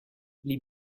les